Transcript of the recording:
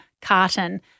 carton